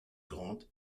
grande